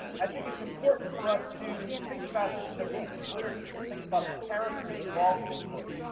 i think it's important for us to think about this as a piece of literature. to think about the characters involved in this book.